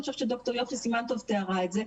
אני חושבת שד"ר יוכי סימן טוב תיארה את זה.